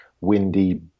windy